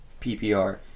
PPR